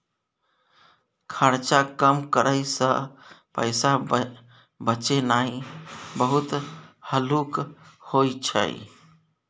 खर्चा कम करइ सँ पैसा बचेनाइ बहुत हल्लुक होइ छै